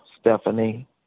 Stephanie